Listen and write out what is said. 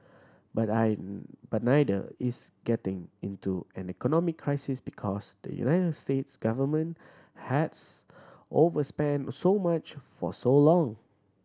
but I but neither is getting into an economic crisis because the United States government has overspent so much for so long